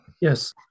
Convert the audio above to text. Yes